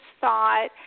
thought